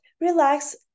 relax